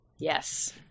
Yes